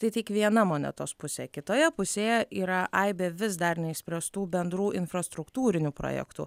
tai tik viena monetos pusė kitoje pusėje yra aibė vis dar neišspręstų bendrų infrastruktūrinių projektų